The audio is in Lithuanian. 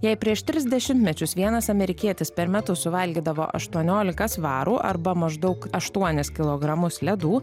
jei prieš tris dešimtmečius vienas amerikietis per metus suvalgydavo aštuoniolika svarų arba maždaug aštuonis kilogramus ledų